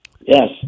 Yes